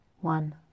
One